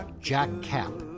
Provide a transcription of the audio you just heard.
jack kapp,